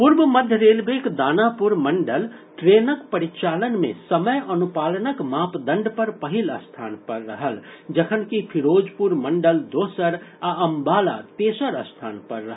पूर्व मध्य रेलवेक दानापूर मंडल ट्रेनक परिचालन मे समय अनुपालनक मापदंड पर पहिल स्थान पर रहल जखनकि फिरोजपुर मंडल दोसर आ अंबाला तेसर स्थान पर रहल